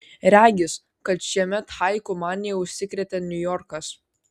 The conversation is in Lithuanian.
regis kad šiemet haiku manija užsikrėtė niujorkas